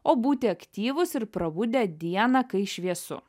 o būti aktyvūs ir prabudę dieną kai šviesu